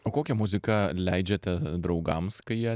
o kokią muziką leidžiate draugams kai jie